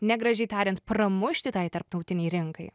negražiai tariant pramušti tai tarptautinei rinkai